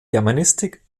germanistik